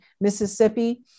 Mississippi